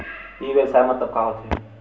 ई व्यवसाय मतलब का होथे?